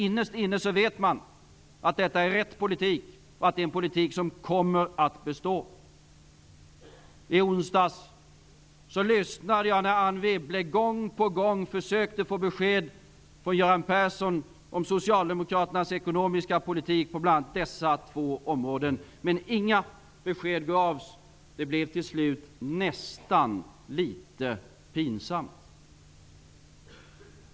Innerst inne vet de att detta är rätt politik och en politik som kommer att bestå. I onsdags lyssnade jag när Anne Wibble gång på gång försökte få besked från Göran Persson om dessa två områden. Men inga besked gavs. Det blev till slut nästan litet pinsamt.